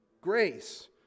Grace